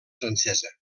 francesa